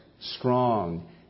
strong